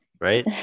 right